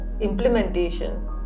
implementation